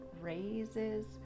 raises